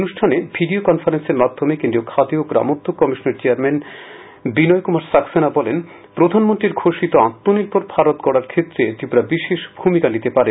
অনুষ্ঠানে ভিডিও কনফারেন্সের মাধ্যমে কেন্দ্রীয় খাদি ও গ্রামোদ্যোগ কমিশনের চেয়ারম্যান বিনয় কুমার সাক্সেনা বলেন প্রধানমন্ত্রীর ঘোষিত আত্মনির্ভর ভারত গড়ার ক্ষেত্রে ত্রিপুরা বিশেষ ভূমিকা নিতে পারে